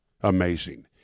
Amazing